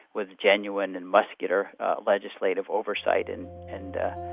with genuine and muscular legislative oversight and and